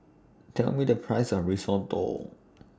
Tell Me The Price of Risotto